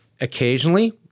Occasionally